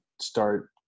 start